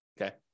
okay